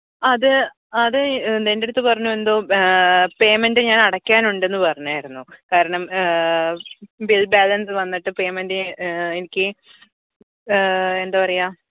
ആ അത് അത് എന്റെ അടുത്ത് പറഞ്ഞു എന്തോ പേയ്മെന്റ് ഞാൻ അടക്കാനുണ്ട് എന്ന് പറഞ്ഞായിരുന്നു കാരണം ബില് ബാലന്സ് വന്നിട്ട് പേയ്മെന്റ് എനിക്ക് എന്താ പറയുക